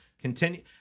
continue